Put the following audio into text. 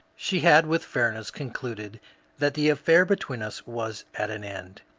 she had with fairness concluded that the affair between us was at an end,